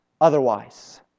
otherwise